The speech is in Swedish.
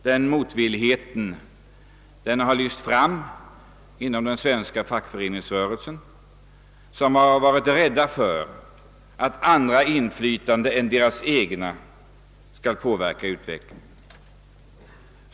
Den motvilligheten har lyst fram inom den svenska fackföreningsrörelsen, som har varit rädd för att andra inflytanden än dess eget skulle påverka utvecklingen.